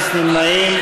אין נמנעים.